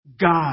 God